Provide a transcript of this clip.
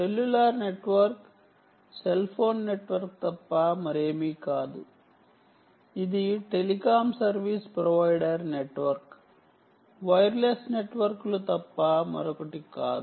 cellular network cell phone network తప్ప మరేమీ కాదు ఇది telecom service provider network wireless నెట్వర్క్లు తప్ప మరొకటి కాదు